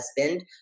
husband